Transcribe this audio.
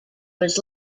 was